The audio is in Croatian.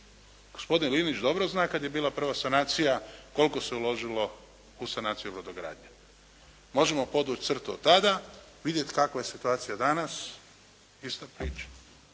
Gospodin Linić dobro zna kada je bila prva sanacija koliko se uložilo u sanaciju brodogradnje. Možemo podvući crtu od tada, vidjeti kakva je situacija danas, ista priča.